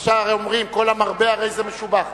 הרי אומרים: כל המרבה הרי זה משובח.